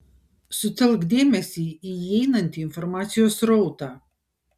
sutelk dėmesį į įeinantį informacijos srautą